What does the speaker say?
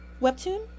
Webtoon